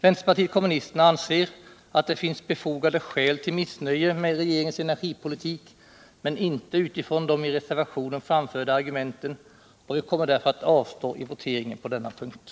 Vänsterpartiet kommunisterna anser att det finns skäl till missnöje med regeringens energipolitik men inte utifrån de i reservationen framförda argumenten. Vi kommer därför att avstå i voteringen på denna punkt.